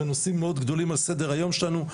ונושאים מאוד גדולים על סדר היום שלנו.